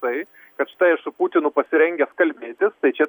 tai kad štai aš su putinu pasirengęs kalbėtis tai čia